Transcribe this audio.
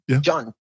John